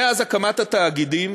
מאז הקמת התאגידים,